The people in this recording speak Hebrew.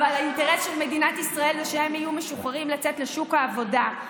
אבל האינטרס של מדינת ישראל הוא שהם יהיו משוחררים לצאת לשוק העבודה.